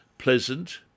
Pleasant